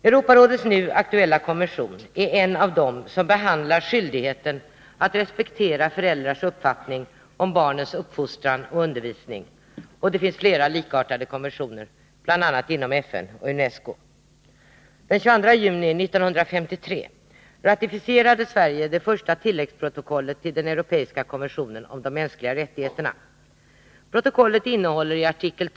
Europarådets nu aktuella konvention är en av dem som behandlar skyldigheten att respektera föräldrars uppfattning om barnens uppfostran och undervisning, och det finns flera likartade konventioner, bl.a. inom FN och UNESCO.